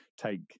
take